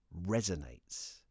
resonates